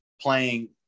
playing